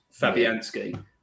Fabianski